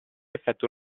effettua